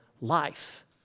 life